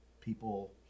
people